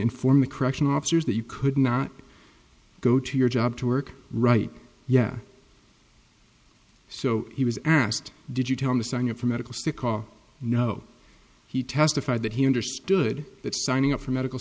inform the correctional officers that you could not go to your job to work right yeah so he was asked did you tell him the sign up for medical stick or no he testified that he understood that signing up for medical